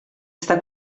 està